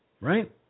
Right